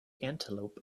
antelope